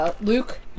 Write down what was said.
Luke